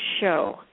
show